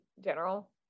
general